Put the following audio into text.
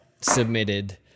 submitted